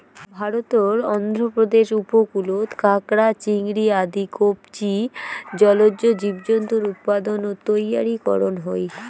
ভারতর অন্ধ্রপ্রদেশ উপকূলত কাকড়া, চিংড়ি আদি কবচী জলজ জীবজন্তুর উৎপাদন ও তৈয়ারী করন হই